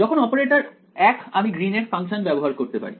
যখন অপারেটর এক আমি গ্রীন এর ফাংশন ব্যবহার করতে পারি